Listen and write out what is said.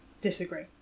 Disagree